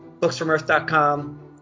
BooksFromEarth.com